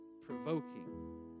Provoking